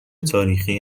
تاریخی